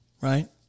right